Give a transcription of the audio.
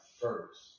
first